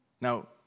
Now